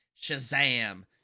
shazam